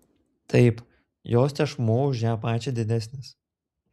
taip jos tešmuo už ją pačią didesnis